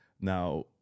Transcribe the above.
now